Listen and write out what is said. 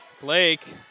Blake